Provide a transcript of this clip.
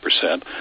percent